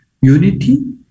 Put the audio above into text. unity